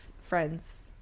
friends